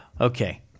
okay